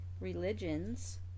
religions